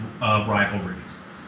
rivalries